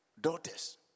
daughters